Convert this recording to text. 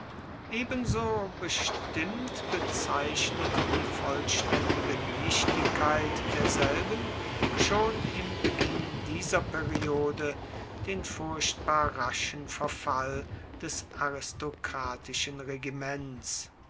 ebenso bestimmt bezeichnet die vollständige nichtigkeit derselben schon im beginn dieser periode den furchtbar raschen verfall des aristokratischen regiments